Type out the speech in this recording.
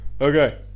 Okay